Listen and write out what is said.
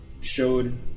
showed